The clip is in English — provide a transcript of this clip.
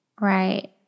Right